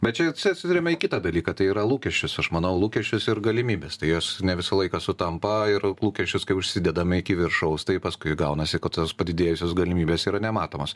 bet čia čia atsiremia į kitą dalyką tai yra lūkesčius aš manau lūkesčius ir galimybes tai jos ne visą laiką sutampa ir lūkesčius kai užsidedame iki viršaus tai paskui gaunasi kad tos padidėjusios galimybės yra nematomos